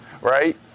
Right